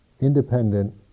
independent